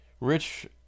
Rich